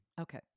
Okay